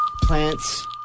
Plants